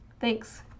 thanks